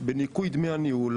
בניכוי דמי הניהול,